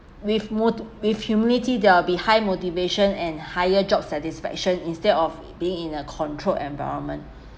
with moo~ with humility they will behind motivation and higher job satisfaction instead of being in a controlled environment